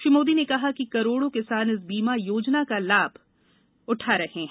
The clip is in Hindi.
श्री मोदी ने कहा कि करोडों किसान इस बीमा योजना का लाभ उठा रहे हैं